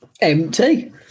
Empty